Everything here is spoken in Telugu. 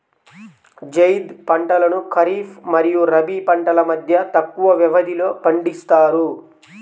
జైద్ పంటలను ఖరీఫ్ మరియు రబీ పంటల మధ్య తక్కువ వ్యవధిలో పండిస్తారు